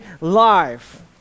life